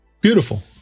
Beautiful